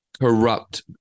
corrupt